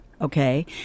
Okay